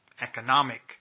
economic